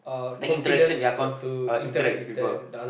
the interaction their con~ uh interact with people